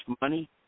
money